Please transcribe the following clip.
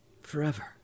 Forever